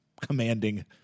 commanding